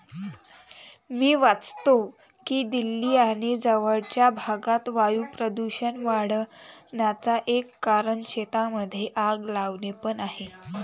मी वाचतो की दिल्ली आणि जवळपासच्या भागात वायू प्रदूषण वाढन्याचा एक कारण शेतांमध्ये आग लावणे पण आहे